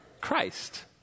christ